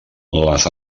les